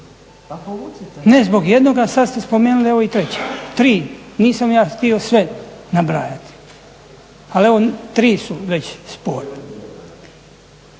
Ne zbog jednoga, sad ste spomenuli evo i tri, nisam ja htio sve nabrajati, ali evo tri su već sporni.